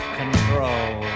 control